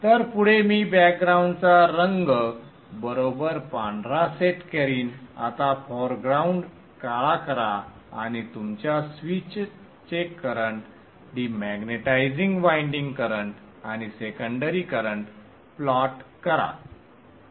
तर पुढे मी बॅकग्राउंडचा रंग बरोबर पांढरा सेट करिन आता फोरग्राऊंड काळा करा आणि तुमच्या स्विचचे करंट डिमॅग्नेटिझिंग वाइंडिंग करंट आणि सेकंडरी करंट प्लॉट करासंदर्भ वेळ 1130